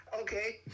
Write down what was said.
Okay